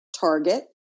target